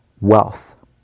wealth